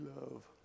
love